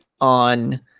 on